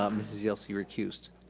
um mrs. yelsey recused.